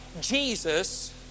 Jesus